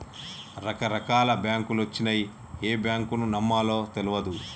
రకరకాల బాంకులొచ్చినయ్, ఏ బాంకును నమ్మాలో తెల్వదు